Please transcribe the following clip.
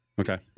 Okay